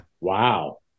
Wow